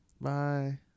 Bye